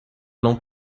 não